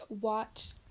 watch